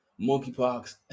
Monkeypox